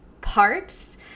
parts